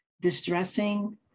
distressing